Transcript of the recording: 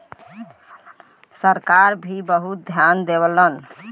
सरकार भी बहुत धियान देवलन